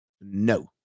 No